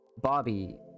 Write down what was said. bobby